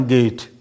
Gate